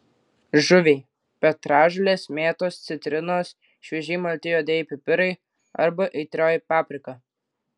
žuviai petražolės mėtos citrinos šviežiai malti juodieji pipirai arba aitrioji paprika